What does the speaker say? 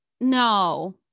No